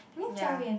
ya